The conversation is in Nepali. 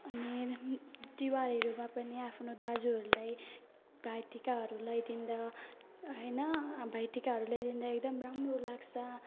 अनि तिहारहरूमा पनि आफ्नो दाजुहरूलाई भाइटिकाहरू लगाइदिँदा होइन अब भाइटिकाहरू लगाइदिँदा एकदम राम्रो लाग्छ